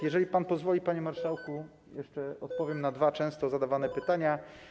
Jeżeli pan pozwoli, panie marszałku, jeszcze odpowiem na dwa często zadawane pytania.